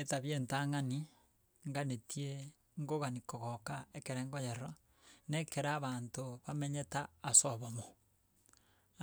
Etabi entang'ani nganetieee nkogani kogoka ekere nkonyerora, na ekere abanto bamenyete ase obomo,